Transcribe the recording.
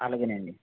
అలాగే నండి